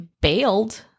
bailed